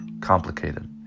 complicated